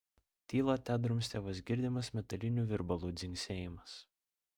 tylą tedrumstė vos girdimas metalinių virbalų dzingsėjimas